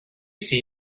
see